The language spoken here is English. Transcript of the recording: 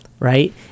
Right